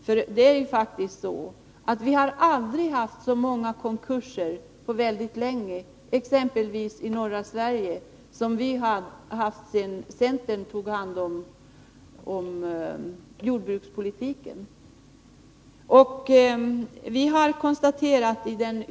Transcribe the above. Vi har faktiskt aldrig haft så många konkurser i norra Sverige som vi varit med om sedan centern tog hand om jordbrukspolitiken.